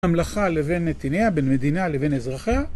המלאכה לבין נתיניה, בין מדינה לבין אזרחיה.